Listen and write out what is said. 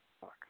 Fuck